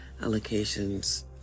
allocations